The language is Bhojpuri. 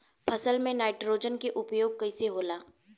फसल में नाइट्रोजन के उपयोग कइसे होला?